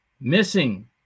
Missing